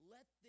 Let